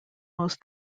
most